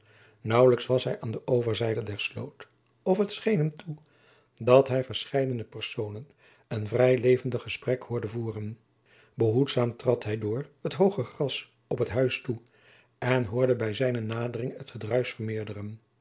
naauw was hij aan de overzijde der sloot of het scheen hem toe dat hij verscheidene personen een vrij levendig gesprek hoorde voeren behoedzaam trad hij door het hooge gras op het huis toe en hoorde bij zijne nadering het